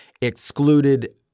excluded